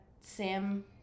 Sam